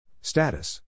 Status